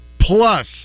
plus